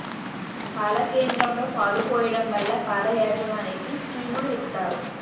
పాల కేంద్రంలో పాలు పోయడం వల్ల పాల యాజమనికి స్కీములు ఇత్తారు